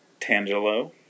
tangelo